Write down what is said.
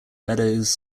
meadows